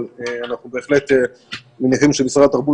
אבל אנחנו בהחלט מניחים שמשרד התרבות